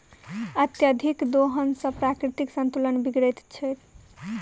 अत्यधिक दोहन सॅ प्राकृतिक संतुलन बिगड़ैत छै